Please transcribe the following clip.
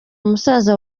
musaza